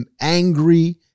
angry